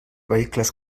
vehicles